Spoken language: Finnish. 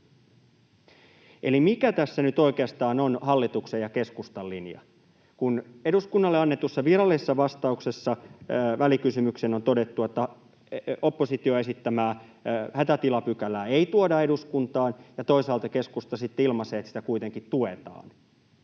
Eli mikä tässä nyt oikeastaan on hallituksen ja keskustan linja, kun eduskunnalle annetussa virallisessa vastauksessa välikysymykseen on todettu, että opposition esittämää hätätilapykälää ei tuoda eduskuntaan, ja toisaalta keskusta sitten ilmaisee, että sitä kuitenkin tuetaan?